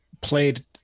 played